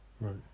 Right